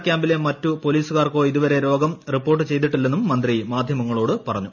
ക്യാംപിലെ മറ്റുമറ്റു പൊലീസുകാർക്കോ ഇതുവരെ രോഗം റിപ്പോർട്ട് ചെയ്തിട്ടില്ലെന്നും മന്ത്രി മാധ്യമങ്ങളോടു പറഞ്ഞു